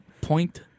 point